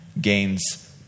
gains